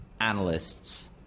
analysts